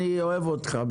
אני אוהב אותך,